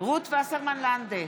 רות וסרמן לנדה,